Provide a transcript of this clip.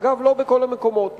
אגב, לא בכל המקומות.